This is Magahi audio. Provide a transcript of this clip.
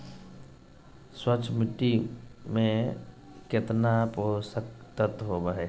स्वस्थ मिट्टी में केतना पोषक तत्त्व होबो हइ?